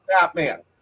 Batman